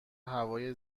هوای